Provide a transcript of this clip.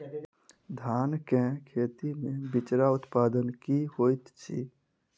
धान केँ खेती मे बिचरा उत्पादन की होइत छी?